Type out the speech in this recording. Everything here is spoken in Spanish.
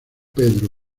pedro